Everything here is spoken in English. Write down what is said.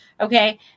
Okay